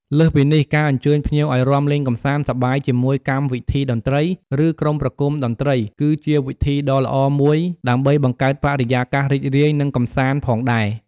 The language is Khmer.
លើសពីនេះ ការអញ្ជើញភ្ញៀវឲ្យរាំលេងកម្សាន្តសប្បាយជាមួយកម្មវិធីតន្ត្រី ឬក្រុមប្រគុំតន្ត្រី គឺជាវិធីដ៏ល្អមួយ ដើម្បីបង្កើតបរិយាកាសរីករាយ និងកម្សាន្តផងដែរ។